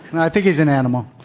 and i think he's an animal.